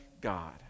God